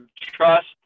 trust